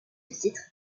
titre